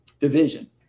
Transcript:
Division